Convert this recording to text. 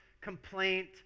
complaint